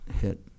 hit